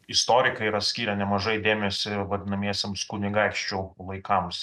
istorikai yra skyrę nemažai dėmesio vadinamiesiems kunigaikščių laikams